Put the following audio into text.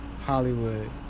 Hollywood